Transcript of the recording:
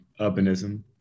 urbanism